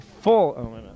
full